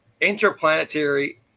interplanetary